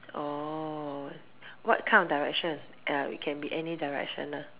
orh what kind of Direction uh it can be any Direction lah